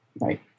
Right